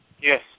Yes